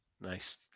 nice